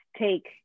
take